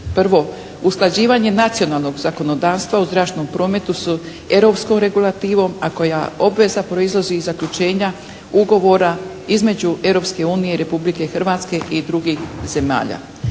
Prvo, usklađivanje nacionalnog zakonodavstva u zračnom prometu su europskom regulativom, a koja obveza proizlazi iz zaključenja ugovora između Europske unije i Republike Hrvatske i drugih zemalja.